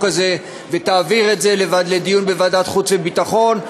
הזה ותעביר את זה לדיון בוועדת החוץ והביטחון,